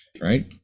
Right